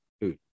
food